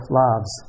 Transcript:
lives